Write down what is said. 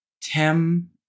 Tim